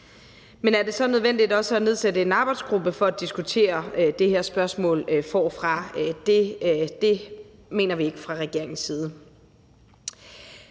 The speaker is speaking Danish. Men er det så også nødvendigt at nedsætte en arbejdsgruppe for at diskutere det her spørgsmål forfra? Det mener vi ikke fra regeringens side.